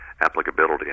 applicability